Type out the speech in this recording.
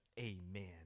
amen